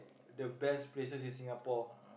the best places in Singapore